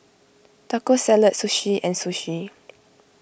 Taco Salad Sushi and Sushi